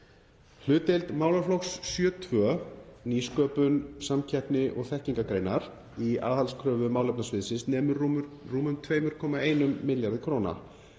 Hlutdeild málaflokks 7.2, Nýsköpun, samkeppni og þekkingargreinar, í aðhaldskröfu málefnasviðsins nemur rúmum 2,1 milljarði kr.